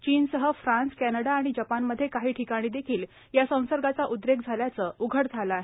चीनसह France Canada आणि जपानमध्ये काही ठिकाणी देखील या संसर्गाचा उद्रेक झाल्याचं उघड झालं आहे